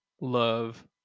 love